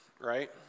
Right